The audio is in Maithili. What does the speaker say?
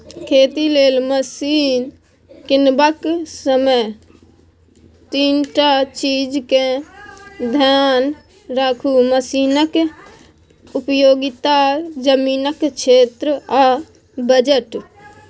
खेती लेल मशीन कीनबाक समय तीनटा चीजकेँ धेआन राखु मशीनक उपयोगिता, जमीनक क्षेत्र आ बजट